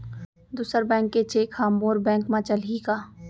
दूसर बैंक के चेक ह मोर बैंक म चलही का?